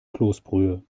kloßbrühe